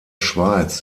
schweiz